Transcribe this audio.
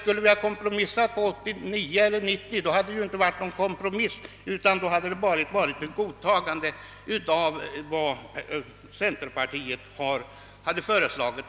Hade vi »kompromissat på 89 eller 90 procent, hade det ju inte varit någon kompromiss utan ett godtagande av centerpartiets förslag.